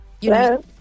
Hello